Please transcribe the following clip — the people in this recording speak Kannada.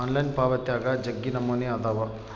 ಆನ್ಲೈನ್ ಪಾವಾತ್ಯಾಗ ಜಗ್ಗಿ ನಮೂನೆ ಅದಾವ